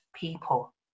people